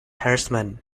harassment